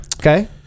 Okay